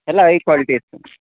ಎಲ್ಲ high quality ಇರತ್ madam